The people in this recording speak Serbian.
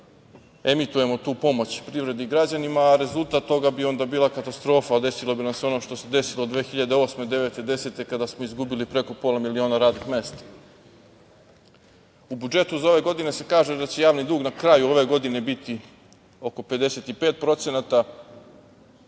emitujemo tu pomoć privredi i građanima, a rezultat toga bi onda bila katastrofa, desilo bi nam se ono što se desilo 2008, 2009, 2010. godine kada smo izgubili preko pola miliona radnih mesta.U budžetu za ovu godinu se kaže da će javni dug na kraju ove godine biti oko 55% i taj